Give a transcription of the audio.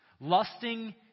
lusting